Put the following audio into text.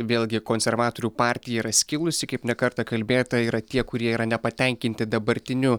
vėlgi konservatorių partija yra skilusi kaip ne kartą kalbėta yra tie kurie yra nepatenkinti dabartiniu